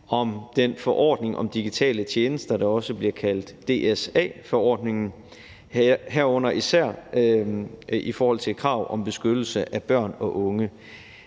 om den forordning om digitale tjenester, der også bliver kaldt DSA-forordningen, herunder især i forhold til et krav om beskyttelse af børn og unge.